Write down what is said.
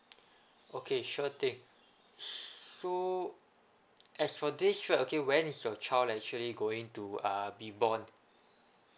okay sure thing so as for this sure okay when is your child actually going to ah be born